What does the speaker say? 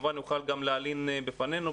יוכל גם להלין בפנינו,